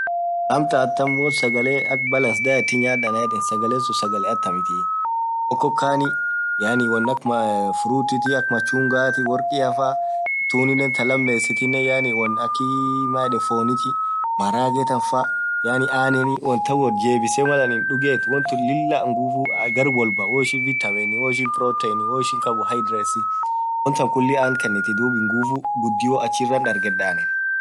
Amtan atamm won sagale akaa balance diet nyadh anann yedhen. sagale suun sagale atamithi okokani yaani won akaa fruit machungwati worrikhia faa tunen thaa lammesithinen yaani wonn akhii fhonithi maraghee than faa yaani anenin won than woth jebisee mal aninn dhugethu wonthu lila nguvu gharr wolbaa woishin vitameni woishin protein woishin carbon hydrexis won than khulii anthi. dhub nguvu ghudio achirran dargedha aninn